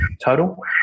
total